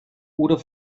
oder